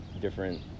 different